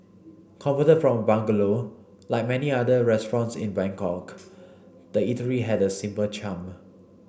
convert from bungalow like many other restaurants in Bangkok the eatery had a simple charm